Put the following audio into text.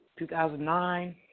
2009